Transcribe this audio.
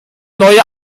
neue